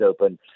open